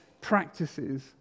practices